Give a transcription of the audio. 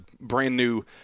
brand-new